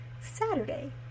Saturday